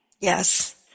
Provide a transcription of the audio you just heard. Yes